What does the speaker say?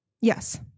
Yes